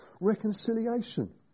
reconciliation